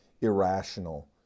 irrational